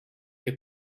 que